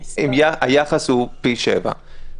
היחס הוא פי שבעה.